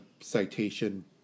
citation